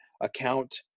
account